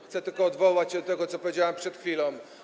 Chcę tylko odwołać się do tego, co powiedziałem przed chwilą.